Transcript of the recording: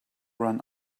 run